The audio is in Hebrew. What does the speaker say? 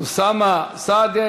אוסאמה סעדי,